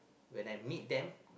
when I meet them